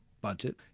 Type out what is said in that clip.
budget